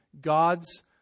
God's